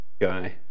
guy